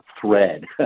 thread